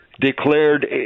declared